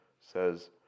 says